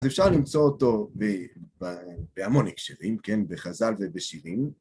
אז אפשר למצוא אותו בהמון הקשרים, כן, בחז'ל ובשירים.